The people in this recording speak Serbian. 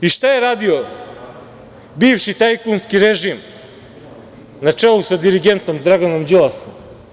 I šta je radio bivši tajkunski režim, na čelu sa dirigentom Draganom Đilasom?